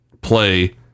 play